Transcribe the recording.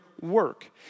work